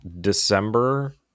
December